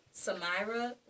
Samira